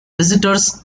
visitors